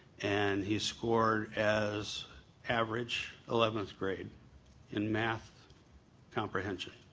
and he scored as average eleventh grade in math comprehension.